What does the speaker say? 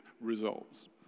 results